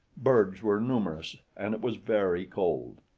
bergs were numerous, and it was very cold.